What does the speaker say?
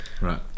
Right